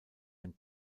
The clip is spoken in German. ein